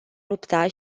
lupta